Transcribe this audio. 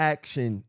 Action